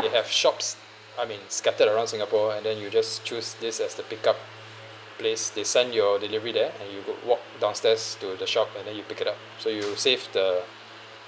they have shops I mean scattered around singapore and then you just choose this as the pickup place they send your delivery there and you could walk downstairs to the shop and then you pick it up so you save the